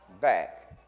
back